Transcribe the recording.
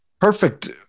perfect